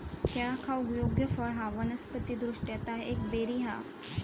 केळा खाऊक योग्य फळ हा वनस्पति दृष्ट्या ता एक बेरी हा